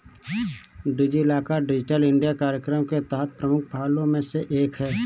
DigiLocker digital India कार्यक्रम के तहत प्रमुख पहलों में से एक है